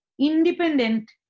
independent